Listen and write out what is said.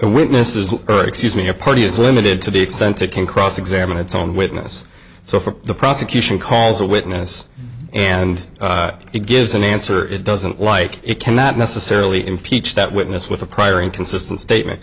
witnesses or excuse me a party is limited to the extent it can cross examine its own witness so for the prosecution calls a witness and it gives an answer it doesn't like it cannot necessarily impeach that witness with a prior inconsistent statement